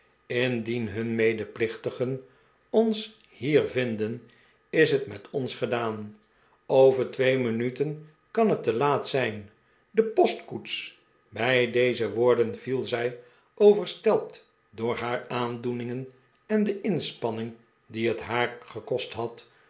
indien hun medeplichtigen ons hier vinden is het met ons gedaan over twee minuten kan het te laat zijn de postkoets bij deze woorden viel zij overstelpt door haar aandoeningen en de inspannihg die het haar gekost had